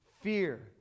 Fear